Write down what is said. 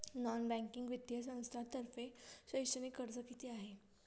Non banking वित्तीय संस्थांतर्फे शैक्षणिक कर्ज किती आहे?